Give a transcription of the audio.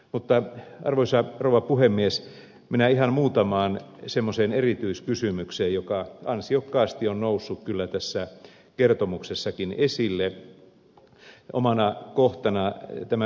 mutta arvoisa rouva puhemies minä kiinnitän huomiota ihan muutamaan semmoiseen erityiskysymykseen jotka ansiokkaasti ovat nousseet kyllä tässä kertomuksessakin esille omana kohtanaan